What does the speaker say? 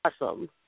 awesome